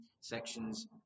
sections